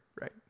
right